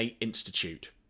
Institute